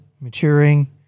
maturing